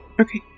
Okay